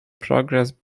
progress